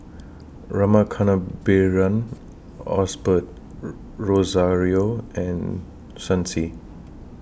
Rama Kannabiran Osbert Rozario and Shen Xi